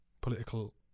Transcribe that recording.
political